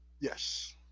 Yes